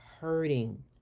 hurting